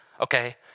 okay